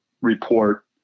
report